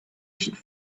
should